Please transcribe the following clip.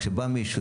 כשבא מישהו,